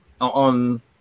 on